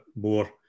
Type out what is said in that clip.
more